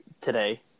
today